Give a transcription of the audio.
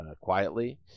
quietly